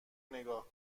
نگاه